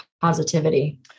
positivity